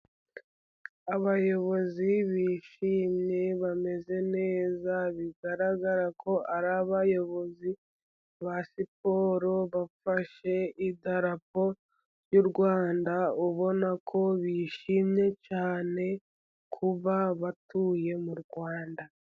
Abayobozi bishimye bameze neza, bigaragara ko ari abayobozi ba siporo, bafashe idarapo ry'u Rwanda. Ubona ko bishimye cyane kuba batuye mu Rwanda.